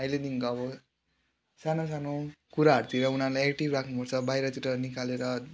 अहिलेदेखिको अब सानो सानो कुराहरूतिर उनीहरूलाई एक्टिभ राख्नुपर्छ बाहिरतिर निकालेर